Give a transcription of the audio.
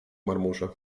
marmurze